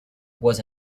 was